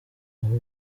aho